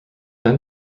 been